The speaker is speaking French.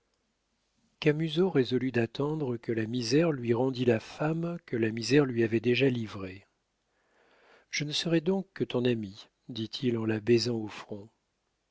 camusot résolut d'attendre que la misère lui rendît la femme que la misère lui avait déjà livrée je ne serai donc que ton ami dit-il en la baisant au front